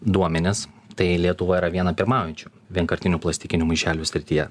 duomenis tai lietuva yra viena pirmaujančių vienkartinių plastikinių maišelių srityje